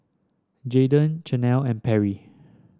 Jadon Chanelle and Perry